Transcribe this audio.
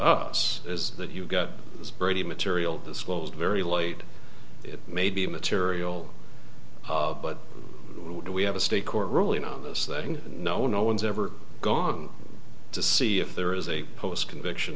us is that you've got this brady material disclosed very late it may be material but we have a state court ruling on this thing no no one's ever gone to see if there is a post conviction